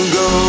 go